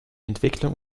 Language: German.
entwicklung